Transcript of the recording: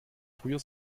früher